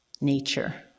nature